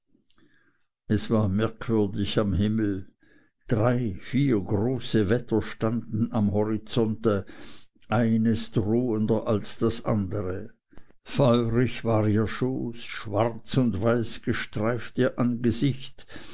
es war merkwürdig am himmel drei vier große wetter standen am horizonte eines drohender als das andere feurig war ihr schoß schwarz und weiß gestreift ihr angesicht